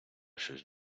щось